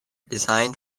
designed